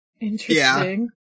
Interesting